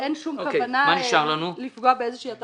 אין כל כוונה לפגוע באיזושהי הטבה.